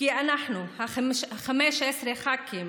כי אנחנו, 15 הח"כים